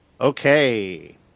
Okay